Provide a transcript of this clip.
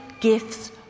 gifts